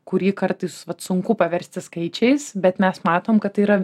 kurį kartais vat sunku paversti skaičiais bet mes matom kad tai yra